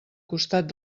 costat